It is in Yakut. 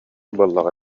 буоллаҕа